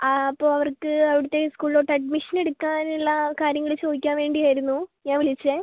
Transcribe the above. അപ്പോൾ അവർക്ക് അവിടുത്തെ സ്കൂളിലോട്ട് അഡ്മിഷൻ എടുക്കാൻ ഉള്ള കാര്യങ്ങൾ ചോദിയ്ക്കാൻ വേണ്ടി ആയിരുന്നു ഞാൻ വിളിച്ചത്